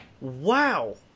Wow